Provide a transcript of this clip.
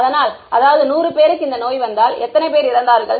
அதனால் அதாவது 100 பேருக்கு இந்த நோய் வந்தால் எத்தனை பேர் இறந்தார்கள்